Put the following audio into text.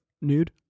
nude